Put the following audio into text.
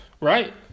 Right